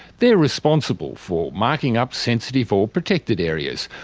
they are responsible for marking up sensitive or protected areas,